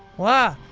whoa.